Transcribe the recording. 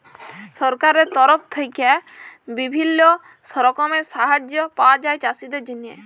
সরকারের তরফ থেক্যে বিভিল্য রকমের সাহায্য পায়া যায় চাষীদের জন্হে